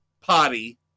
potty